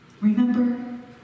Remember